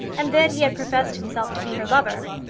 and then he had professed himself to be her lover.